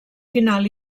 final